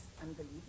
unbelievable